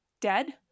dead